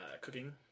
cooking